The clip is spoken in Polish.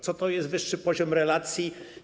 Co to jest wyższy poziom relacji?